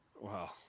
Wow